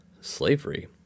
slavery